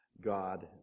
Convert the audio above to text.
God